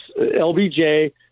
LBJ